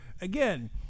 again